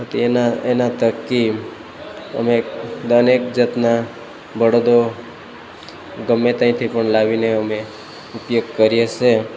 તેના એના થકી અમે દરેક જાતના બળદો ગમે ત્યાંથી પણ લાવીને અમે ઉપયોગ કરીએ છે